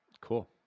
Cool